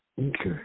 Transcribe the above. Okay